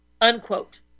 unquote